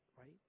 right